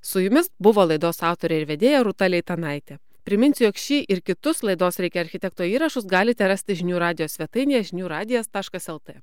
su jumis buvo laidos autorė ir vedėja rūta leitanaitė priminsiu jog šį ir kitus laidos reikia architekto įrašus galite rasti žinių radijo svetainėje žinių radijas taškas lt